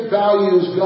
values